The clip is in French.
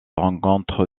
rencontre